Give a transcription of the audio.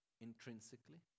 intrinsically